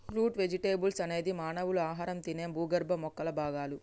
route vegetables అనేది మానవులు ఆహారంగా తినే భూగర్భ మొక్కల భాగాలు